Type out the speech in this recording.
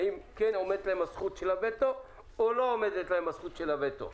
האם כן עומדת להם זכות הווטו או לא עומדת להם זכות הווטו,